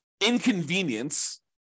inconvenience